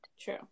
true